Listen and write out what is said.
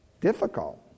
Difficult